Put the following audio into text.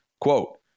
Quote